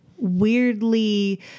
weirdly